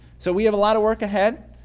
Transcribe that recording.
so, we have a lot of work ahead.